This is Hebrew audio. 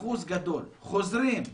אחוז גדול, חוזרים --- 75%.